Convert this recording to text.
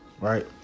right